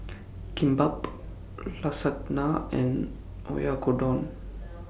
Kimbap Lasagna and Oyakodon